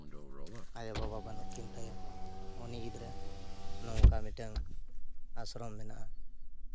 ᱟᱭᱳᱼᱵᱟᱵᱟ ᱵᱟᱹᱱᱩᱜ ᱠᱤᱱ ᱛᱟᱭᱟ ᱩᱱᱤ ᱜᱤᱫᱽᱨᱟᱹ ᱱᱚᱝᱠᱟ ᱢᱤᱫᱴᱟᱝ ᱟᱥᱨᱚᱢ ᱢᱮᱱᱟᱜᱼᱟ